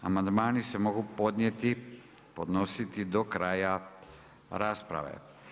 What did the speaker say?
Amandmani se mogu podnijeti, podnositi do kraja rasprave.